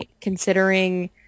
considering